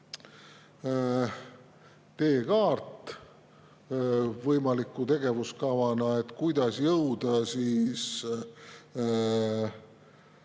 teekaart võimaliku tegevuskavana, kuidas jõuda